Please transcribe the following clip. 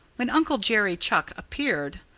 when uncle jerry chuck appeared,